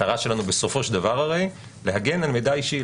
המטרה שלנו בסופו של דבר זה הרי להגן על מידע אישי,